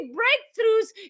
breakthroughs